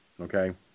Okay